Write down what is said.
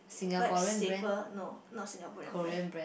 perhaps safer no not Singaporean brand